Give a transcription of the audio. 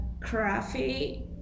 crafty